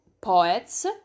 poets